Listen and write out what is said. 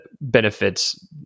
benefits